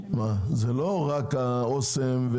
לא רק אסם,